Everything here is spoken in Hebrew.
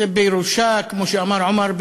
כמו שאמר עומאר,